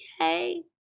okay